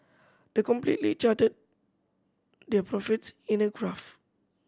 the completely charted their profits in a graph